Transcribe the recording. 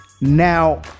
Now